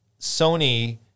Sony